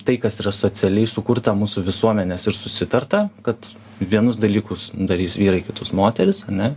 tai kas yra socialiai sukurta mūsų visuomenės ir susitarta kad vienus dalykus darys vyrai kitus moterys ar ne